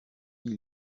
ils